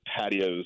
patios